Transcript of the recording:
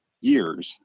years